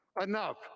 Enough